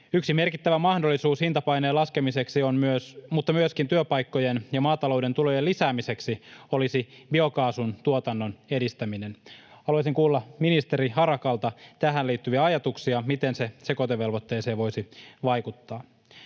Yksi merkittävä mahdollisuus hintapaineen laskemiseksi mutta myöskin työpaikkojen ja maatalouden tulojen lisäämiseksi olisi biokaasun tuotannon edistäminen. Haluaisin kuulla ministeri Harakalta tähän liittyviä ajatuksia siitä, miten se voisi vaikuttaa